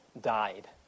died